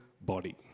body